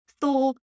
Thor